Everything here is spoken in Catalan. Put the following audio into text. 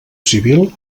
civil